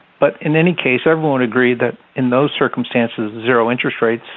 but in any case, everyone agreed that in those circumstances, zero interest rates,